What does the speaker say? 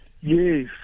Yes